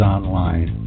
Online